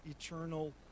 eternal